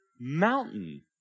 mountain